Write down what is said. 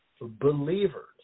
believers